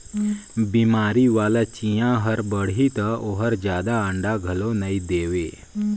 बेमारी वाला चिंया हर बाड़ही त ओहर जादा अंडा घलो नई दे